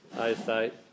eyesight